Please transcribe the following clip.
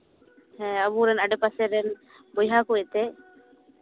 ᱦᱮᱸ ᱟᱵᱚᱨᱮᱱ ᱟᱰᱮ ᱯᱟᱥᱮ ᱨᱮᱱ ᱵᱚᱭᱦᱟ ᱠᱚ ᱮᱱᱛᱮᱜ